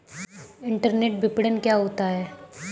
Internet विपणन क्या होता है?